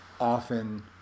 often